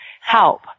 help